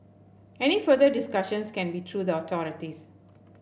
any further discussions can be through the authorities